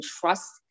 trust